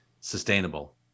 sustainable